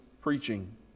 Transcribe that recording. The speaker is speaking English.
preaching